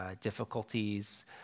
difficulties